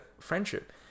friendship